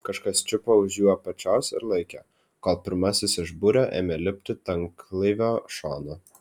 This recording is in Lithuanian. kažkas čiupo už jų apačios ir laikė kol pirmasis iš būrio ėmė lipti tanklaivio šonu